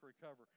recover